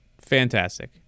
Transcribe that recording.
Fantastic